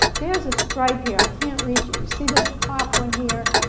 there's a stripe here i can't reach it, you see this top one here,